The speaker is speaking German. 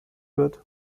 wird